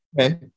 okay